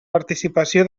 participació